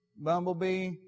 bumblebee